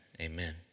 amen